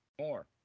more